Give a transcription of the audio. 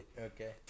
Okay